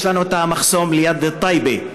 יש לנו המחסום ליד טייבה,